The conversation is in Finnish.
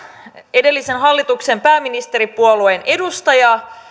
edellisen hallituksen pääministeripuolueen edustaja